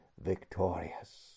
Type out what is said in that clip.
victorious